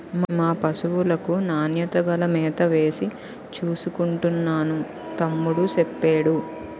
మా పశువులకు నాణ్యత గల మేతవేసి చూసుకుంటున్నాను తమ్ముడూ సెప్పేడు